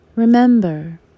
Remember